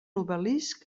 obelisc